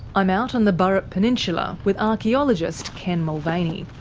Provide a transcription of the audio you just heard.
i'm out on the burrup peninsula with archaeologist ken mulvaney.